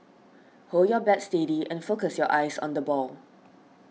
hold your bat steady and focus your eyes on the ball